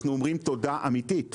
אנחנו אומרים תודה אמיתית